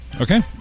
Okay